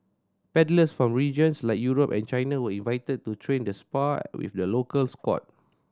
paddlers from regions like Europe and China were invited to train and spar with the local squad